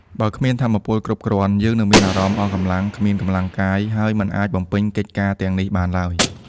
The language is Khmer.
បើគ្មានថាមពលគ្រប់គ្រាន់ យើងនឹងមានអារម្មណ៍អស់កម្លាំង គ្មានកម្លាំងកាយ ហើយមិនអាចបំពេញកិច្ចការទាំងនេះបានឡើយ។